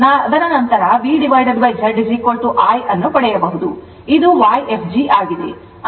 ಅದರ ನಂತರ VZ I ಅನ್ನು ಪಡೆಯಬಹುದು ಇದು Yfg ಆಗಿದೆ